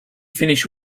finished